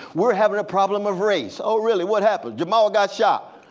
we're having a problem of race. oh really what happened? jamal got shot.